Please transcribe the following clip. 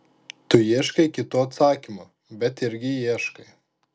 tu ieškai kito atsakymo bet irgi ieškai